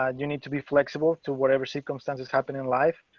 ah you need to be flexible to whatever circumstances happened in life.